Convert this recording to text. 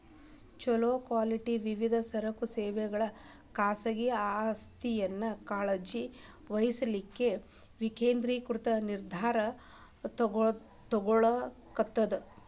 ಛೊಲೊ ಕ್ವಾಲಿಟಿ ವಿವಿಧ ಸರಕುಗಳ ಸೇವೆಗಳು ಖಾಸಗಿ ಆಸ್ತಿಯನ್ನ ಕಾಳಜಿ ವಹಿಸ್ಲಿಕ್ಕೆ ವಿಕೇಂದ್ರೇಕೃತ ನಿರ್ಧಾರಾ ತೊಗೊತದ